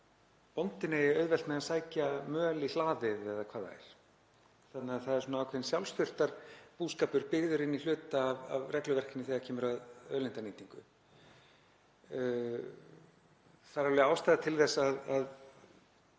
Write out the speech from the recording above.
bóndinn eigi auðvelt með að sækja möl í hlaðið eða hvað það er. Það er því ákveðinn sjálfsþurftarbúskapur byggður inn í hluta af regluverkinu þegar kemur að auðlindanýtingu. Það er alveg ástæða til að